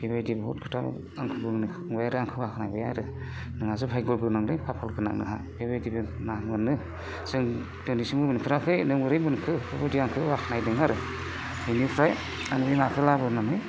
बेबायदि बहुत खोथा आंखौ बुंबाय आरो आंखौ बाख्नायबाय आरो नोंहासो भायग' गोनांलै खाफाल गोनां नोंहा बेबायदिबो ना मोनो जों दिनैसिमबो मोनफेराखै नों बोरै मोनखो बेफोरबायदि आंखौ बाख्नायदों आरो बिनिफ्राय आं बे नाखौ लाबोनानै